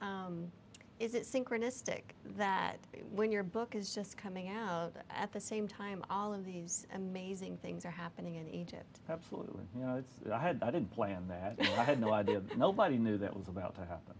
synchronistic that when your book is just coming out at the same time all of these amazing things are happening in egypt absolutely you know i had i didn't plan that i had no idea that nobody knew that was about to happen